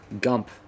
gump